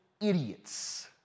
idiots